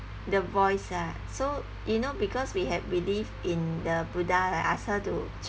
the voice ah so you know because we have belief in the buddha I ask her to